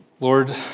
Lord